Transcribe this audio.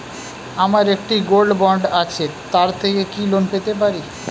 আমার একটি gold bond আছে তার থেকে কি লোন পেতে পারি?